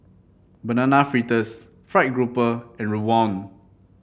Banana Fritters fried grouper and Rawon